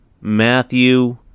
Matthew